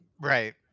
right